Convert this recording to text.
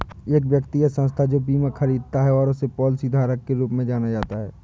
एक व्यक्ति या संस्था जो बीमा खरीदता है उसे पॉलिसीधारक के रूप में जाना जाता है